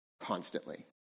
constantly